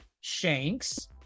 Shanks